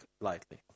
lightly